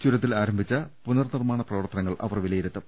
ചൂരത്തിൽ ആരംഭിച്ച പുനർനിർമ്മാണ പ്രവർത്തനങ്ങൾ അവർ വിലയിരുത്തും